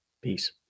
Peace